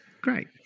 Great